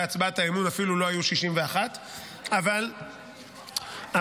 בהצבעת האמון אפילו לא היו 61. אבל